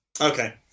Okay